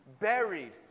buried